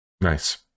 Nice